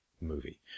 movie